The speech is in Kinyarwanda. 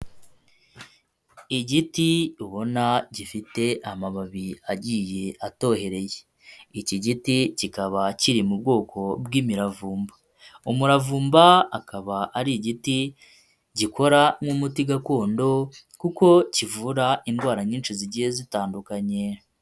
Igiti ubona gifite amababi agiye atohereye, iki giti kikaba kiri mu bwoko bw'imiravumba, umuravumba akaba ari igiti gikora nk'umuti gakondo, kuko kivura indwara nyinshi zigiye zitandukanye.